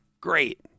great